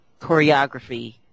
choreography